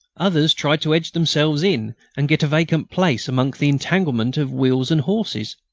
others tried to edge themselves in and get a vacant place among the entanglement of wheels and horses.